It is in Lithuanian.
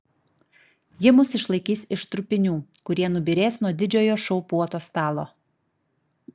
ji mus išlaikys iš trupinių kurie nubyrės nuo didžiojo šou puotos stalo